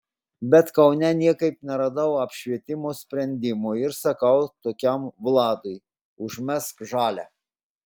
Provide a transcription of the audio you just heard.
bet kaune niekaip neradau apšvietimo sprendimo ir sakau tokiam vladui užmesk žalią